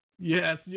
Yes